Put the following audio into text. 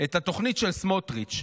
את התוכנית של סמוטריץ'.